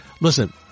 listen